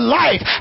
life